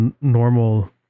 normal